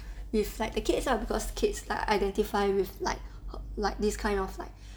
with like the kids lah because kids like identify with like like this kind of like